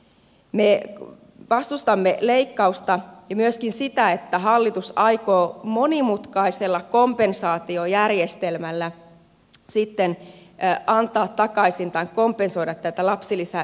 me vastustamme leikkausta ja myöskin sitä että hallitus aikoo monimutkaisella kompensaatiojärjestelmällä sitten antaa takaisin tai kompensoida näitä lapsilisämenetyksiä